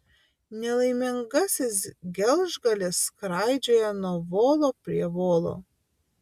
nelaimingasis gelžgalis skraidžioja nuo volo prie volo